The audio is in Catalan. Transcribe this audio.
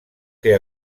que